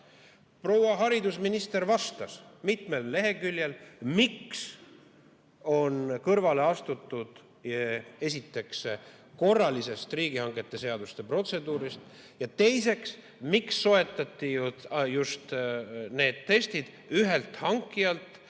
Proua haridusminister vastas mitmel leheküljel, miks on kõrvale astutud, esiteks, korralistest riigihangete seaduse protseduuridest, ja teiseks, miks soetati just need testid ühelt hankijalt